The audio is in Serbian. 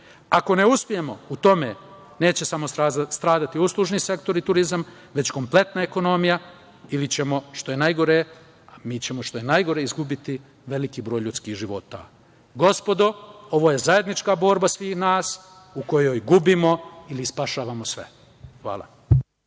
Ako ne uspemo u tome, neće stradati samo uslužni sektor i turizam, već kompletna ekonomija i mi ćemo, što je najgore, izgubiti veliki broj ljudskih života. Gospodo, ovo je zajednička borba svih nas, u kojoj gubimo ili spašavamo sve. Hvala.